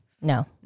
no